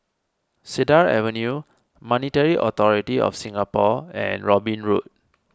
Cedar Avenue Monetary Authority of Singapore and Robin Road